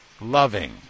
Loving